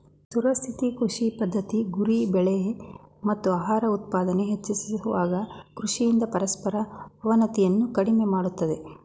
ಸುಸ್ಥಿರ ಕೃಷಿ ಪದ್ಧತಿ ಗುರಿ ಬೆಳೆ ಮತ್ತು ಆಹಾರ ಉತ್ಪಾದನೆ ಹೆಚ್ಚಿಸುವಾಗ ಕೃಷಿಯಿಂದ ಪರಿಸರ ಅವನತಿಯನ್ನು ಕಡಿಮೆ ಮಾಡ್ತದೆ